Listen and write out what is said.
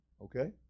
okay